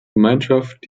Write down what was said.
gemeinschaft